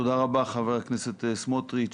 תודה רבה חבר הכנסת סמוטריץ'.